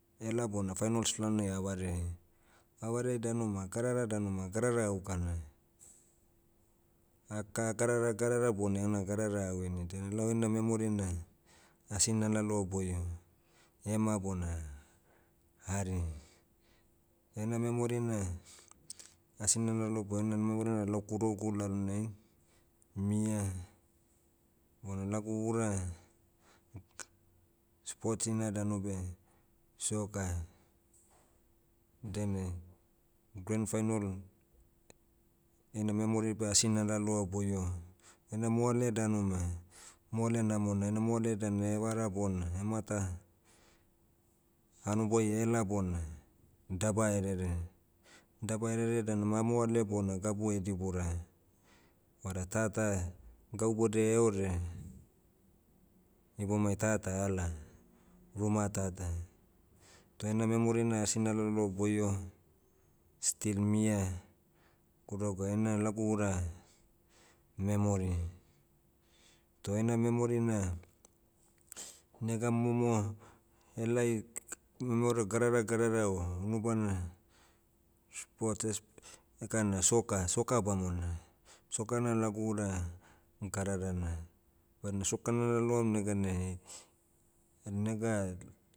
Ela bona finals lalonai avareai. Avareai danu ma gadara danu ma gadara aukana. Ah ka- gadara gadara bona heuna gadara awini dainai lau heina memory na, asi nalaloa boio, ema bona, hari. Ene memory na, asina lalo boio ouna memory na lau kudougu lalonai, mia, bona lagu ura, sports ina danu beh, soccer. Dainai, grand final, ena memory beh asi nalaloa boio. Ena moale danu ma, moale namona na moale dan evara bona emata, hanoboi ela bona, daba rere. Daba rere danu ma amoale bona gabu dibura. Vada tata, gau boudia eore, ibomai tata ala, ruma tata. Toh ena memory na asi nalaloa boio, still mia, kudoguai. Ena lagu ura, memory. Toh heina memory na, nega momo, helai, kk- memero gadara gadara o unubana, sportses- ekana soccer, soccer bamona. Soccer na lagu ura, gadarana. Badina soccer nalaloam neganai, en- nega,